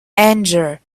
anger